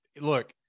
look